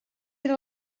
era